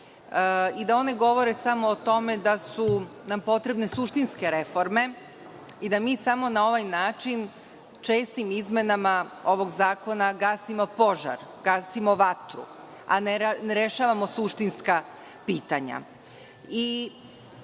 i da one govore samo o tome da su nam potrebne suštinske reforme i da mi samo na ovaj način, čestim izmenama ovog zakona, gasimo požar, gasimo vatru, a ne rešavamo suštinska pitanja.